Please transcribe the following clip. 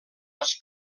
les